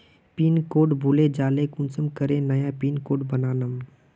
Pin code भूले जाले कुंसम करे नया पिन कोड बनाम?